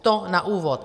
To na úvod.